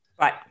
right